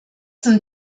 sind